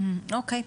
או.קיי.